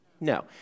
No